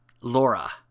Laura